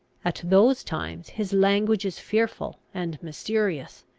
at those times his language is fearful and mysterious,